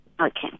Okay